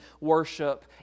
worship